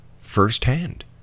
firsthand